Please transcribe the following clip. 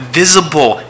visible